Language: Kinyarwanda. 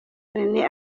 rene